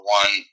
one